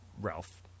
Ralph